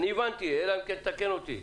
הבנתי, אלא אם כן תתקן אותי.